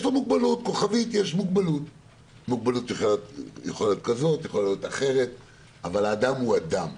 יש לו מוגבלות כלשהי שיכולה להיות כזו או אחרת אבל הוא אדם.